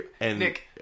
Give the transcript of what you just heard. Nick